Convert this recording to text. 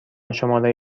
شماره